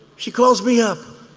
she calls me up.